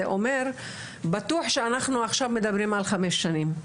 אומר בטוח שאנחנו עכשיו מדברים על חמש שנים.